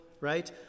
right